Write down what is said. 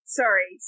sorry